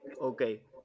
okay